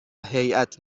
هیات